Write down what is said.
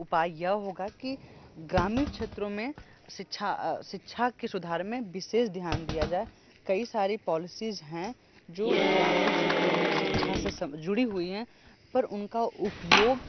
उपाय यह होगा कि ग्रामीण क्षेत्रों में शिक्षा शिक्षा के सुधार में विशेष ध्यान दिया जाए कई सारी पॉलिसीज़ हैं जो ग्रामीण क्षेत्रों में शिक्षा से जुड़ी हुई हैं पर उनका उपयोग